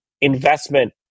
investment